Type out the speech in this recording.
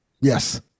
Yes